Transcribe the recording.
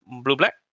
blue-black